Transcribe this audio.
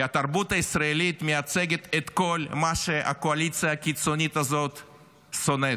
כי התרבות הישראלית מייצגת את כל מה שהקואליציה הקיצונית הזאת שונאת: